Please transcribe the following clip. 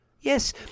Yes